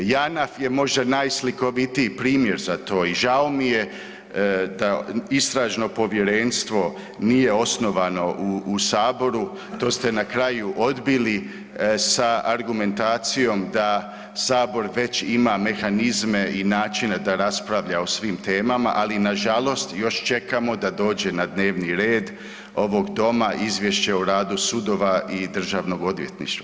Janaf je možda najslikovitiji primjer za to i žao mi je da istražno povjerenstvo nije osnovano u saboru, to ste na kraju odbili sa argumentacijom da sabor već ima mehanizme i načine da raspravlja o svim temama, ali na žalost još čekamo da dođe na dnevni red ovog doma Izvješće o radu sudova i državnog odvjetništva.